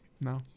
No